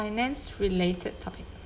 finance-related topic